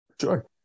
Sure